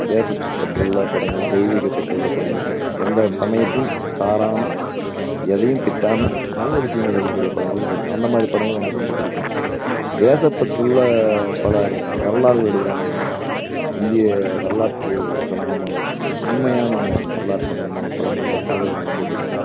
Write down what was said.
தேசத்துப்பற்றுள்ள படங்கள் தெய்வீக பற்றுள்ள படங்கள் எந்த சமயத்தையும் சாராமல் எதையும் திட்டாமல் நல்ல விஷயங்களை சொல்லக்கூடிய படங்களும் வருது அந்தமாதிரி படங்கள் எனக்கு ரொம்ப பிடிக்கும் தேசப்பற்றுள்ள பலர் வரலாறுகள் எடுக்கிறாங்கள்ல இந்திய வரலாற்று சம்மந்தமான உண்மையான வரலாற்று சம்மந்தமான படங்களை பார்க்குறதுக்கு எனக்கு ரொம்ப பிடிக்கும்